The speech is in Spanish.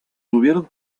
tuvieron